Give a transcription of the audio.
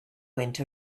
went